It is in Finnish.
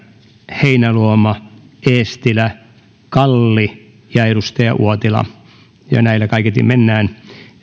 heinäluoma eestilä kalli ja uotila ja näillä kaiketi mennään